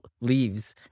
leaves